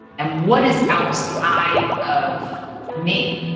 and what is outside of me.